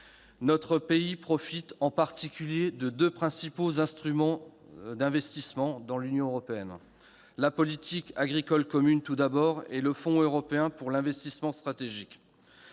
Notre pays profite en particulier des deux principaux instruments d'investissement de l'Union européenne : la politique agricole commune et le Fonds européen pour les investissements stratégiques.